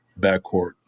backcourt